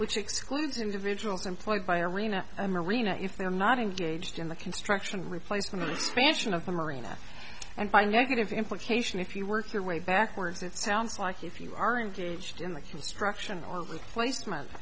which excludes individuals employed by arena a marina if they are not engaged in the construction replacement expansion of the marina and find negative implication if you work your way backwards it sounds like if you are engaged in the construction or replacement